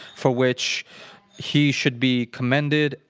for which he should be commended,